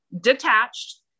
detached